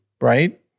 right